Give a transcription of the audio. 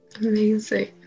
amazing